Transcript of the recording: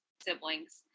siblings